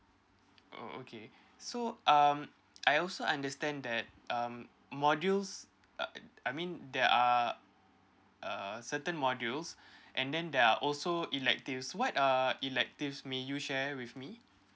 oh okay so um I also understand that um modules uh I mean there are err certain modules and then there are also electives what are electives may you share with me